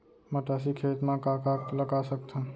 मटासी खेत म का का लगा सकथन?